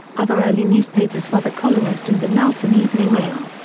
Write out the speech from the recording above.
other early newspapers were the colonist and the nelson evening mail.